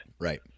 Right